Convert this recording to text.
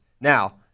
Now